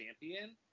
champion